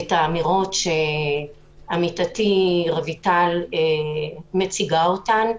את האמירות שעמיתתי רויטל מציגה אותן.